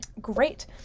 Great